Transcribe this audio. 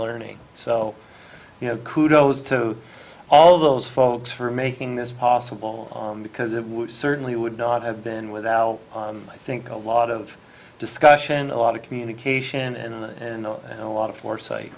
learning so you know kudos to all those folks for making this possible because it would certainly would not have been without i think a lot of discussion a lot of communication and and a lot of foresight